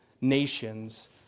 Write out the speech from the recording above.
nations